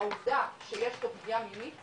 העובדה שיש פה פגיעה מינית